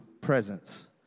presence